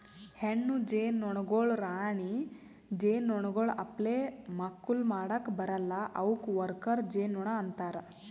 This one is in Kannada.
ಹೆಣ್ಣು ಜೇನುನೊಣಗೊಳ್ ರಾಣಿ ಜೇನುನೊಣಗೊಳ್ ಅಪ್ಲೆ ಮಕ್ಕುಲ್ ಮಾಡುಕ್ ಬರಲ್ಲಾ ಅವುಕ್ ವರ್ಕರ್ ಜೇನುನೊಣ ಅಂತಾರ